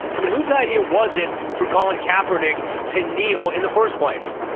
i mean, whose idea was it for colin kaepernick to kneel in the first place?